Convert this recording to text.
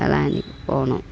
வேளாங்கண்ணிக்கு போகணும்